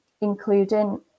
including